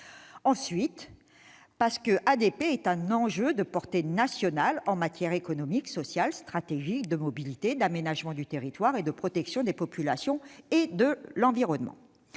ensuite par le fait qu'ADP représente un enjeu de portée nationale en matière économique, sociale, stratégique, en termes de mobilités, d'aménagement du territoire et de protection des populations et de l'environnement.